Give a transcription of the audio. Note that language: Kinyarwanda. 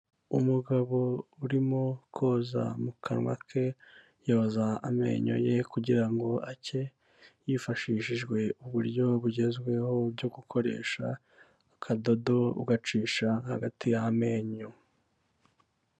Umugabo urimo koza mu kanwa ke, yoza amenyo ye kugira ngo acye; hifashishijwe uburyo bugezweho bwo gukoresha akadodo ugacisha hagati y'amenyo.